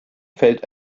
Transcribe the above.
fällt